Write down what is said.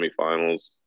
semifinals